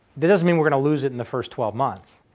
that doesn't mean we're going to lose it in the first twelve months.